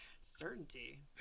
certainty